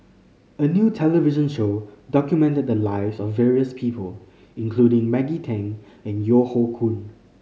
a new television show documented the lives of various people including Maggie Teng and Yeo Hoe Koon